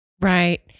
Right